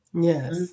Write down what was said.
Yes